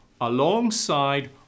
alongside